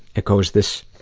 it goes this,